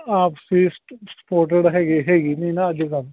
ਆਪ ਸਪੋਰਟਡ ਹੈਗੇ ਹੈਗੀ ਨਹੀਂ ਨਾ ਅੱਜ ਕੱਲ੍ਹ